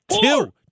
Two